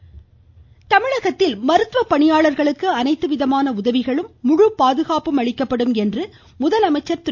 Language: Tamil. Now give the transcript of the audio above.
மருத்துவ காணொலி முதலமைச்சர் தமிழகத்தில் மருத்துவ பணியாளர்களுக்கு அனைத்து விதமான உதவிகளும் முழு பாதுகாப்பும் அளிக்கப்படும் என்று முதலமைச்சர் திரு